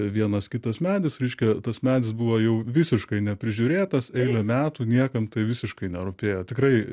vienas kitas medis reiškia tas medis buvo jau visiškai neprižiūrėtas eilę metų niekam tai visiškai nerūpėjo tikrai